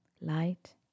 light